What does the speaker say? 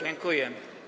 Dziękuję.